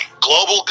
Global